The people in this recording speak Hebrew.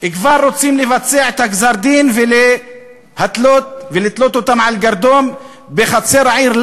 כבר רוצים לבצע את גזר-הדין ולתלות אותם על גרדום בחצר העיר.